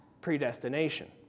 predestination